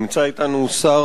נמצא אתנו שר